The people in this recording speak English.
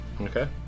Okay